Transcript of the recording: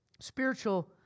spiritual